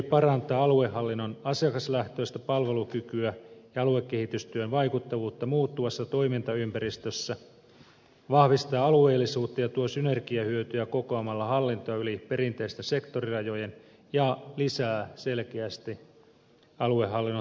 parantaa aluehallinnon asiakaslähtöistä palvelukykyä ja aluekehitystyön vaikuttavuutta muuttuvassa toimintaympäristössä vahvistaa alueellisuutta ja tuo synergiahyötyä kokoamalla hallintoa yli perinteisten sektorirajojen ja lisää selkeästi aluehallinnon tehokkuutta ja tuottavuutta